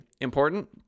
important